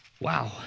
Wow